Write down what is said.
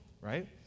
right